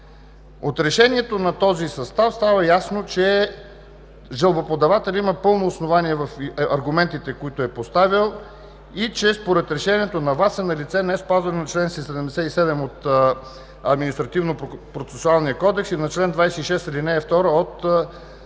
От решението на този състав става ясно, че жалбоподателят има пълно основание в аргументите, които е поставил и че според решението на ВАС е налице неспазване на чл. 77 от Административнопроцесуалния кодекс, и на чл. 26, ал. 2 от